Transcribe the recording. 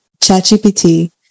ChatGPT